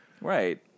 Right